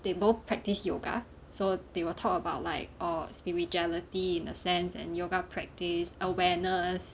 they both practice yoga so they will talk about like orh spirituality in a sense and yoga practice awareness